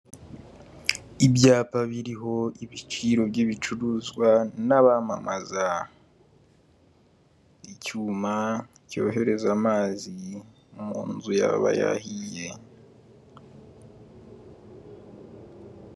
Ibyapa biriho ibiciro by'ibicuruzwa n'abamamaza, icyuma cyohereza amazi mu nzu yaba yahiye.